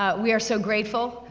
ah we are so grateful,